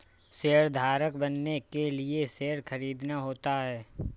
शेयरधारक बनने के लिए शेयर खरीदना होता है